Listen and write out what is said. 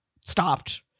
stopped